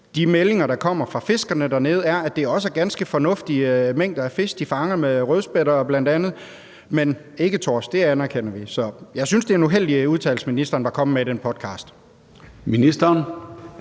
De meldinger, der kommer fra fiskerne dernede, er, at det også er ganske fornuftige mængder af fisk, de fanger, bl.a. rødspætter – men ikke torsk, det anerkender vi. Så jeg synes, det er en uheldig udtalelse, ministeren er kommet med i den podcast.